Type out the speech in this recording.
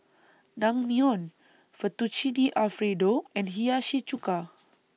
Naengmyeon Fettuccine Alfredo and Hiyashi Chuka